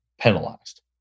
penalized